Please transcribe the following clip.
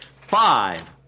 five